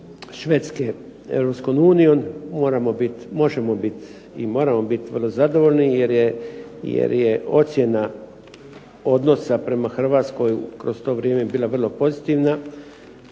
unijom možemo bit i moramo bit vrlo zadovoljni jer je ocjena odnosa prema Hrvatskoj kroz to vrijeme bila vrlo pozitivna.